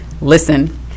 listen